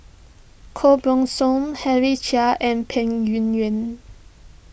Koh Buck Song Henry Chia and Peng Yuyun